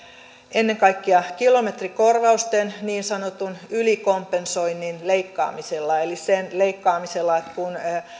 ennen kaikkea kilometrikorvausten niin sanotun ylikompensoinnin leikkaamisella eli sen leikkaamisella että kun